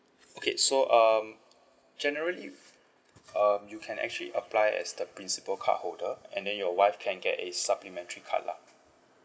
okay so um generally um you can actually apply as the principal card holder and then your wife can get a supplementary card lah